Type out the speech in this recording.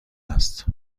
است